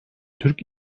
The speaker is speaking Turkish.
türk